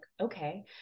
okay